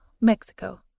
Mexico